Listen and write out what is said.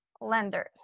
lenders